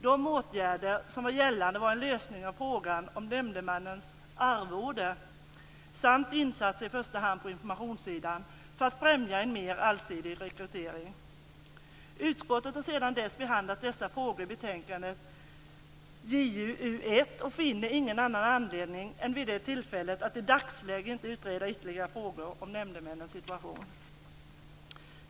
De åtgärder som var gällande var en lösning av frågan om nämndemännens arvode samt insatser, i första hand på informationssidan, för att främja en mer allsidig rekrytering. Utskottet har sedan dess behandlat dessa frågor i betänkandet JuU1 och finner ingen annan anledning än vid det tillfället att i dagsläget inte utreda ytterligare frågor om nämndemännens situation.